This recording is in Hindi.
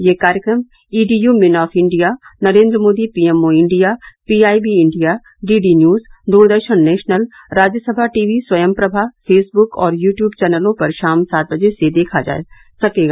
यह कार्यक्रम EDU min of India Narendra Modi PMO India PIB India DD news Doordarshan national Rajyasabha TV Swayamprabha Facebook और यूट्ब चैनलों पर शाम सात बजे से देखा जा सकेगा